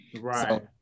right